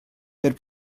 per